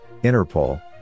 Interpol